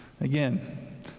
Again